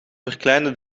verkleinen